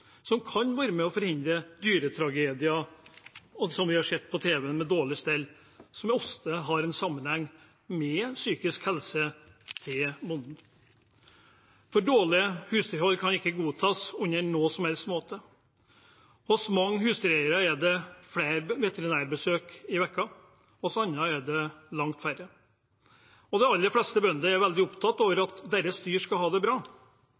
som kan være med på å forhindre dyretragedier, slik vi har sett på tv, med dårlig stell, som ofte har en sammenheng med bondens psykiske helse. For dårlig husdyrhold kan ikke godtas på noen som helst måte. Hos mange husdyreiere er det flere veterinærbesøk i uken, hos andre er det langt færre. Og de aller fleste bønder er veldig opptatt av at deres dyr skal ha det bra,